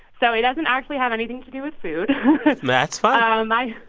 so it doesn't actually have anything to do with food that's fine um and my